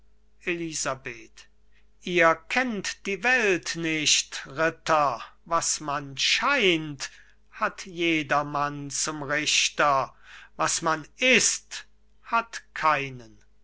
elisabeth ihr kennt die welt nicht ritter was man scheint hat jedermann zum richter was man ist hat keinen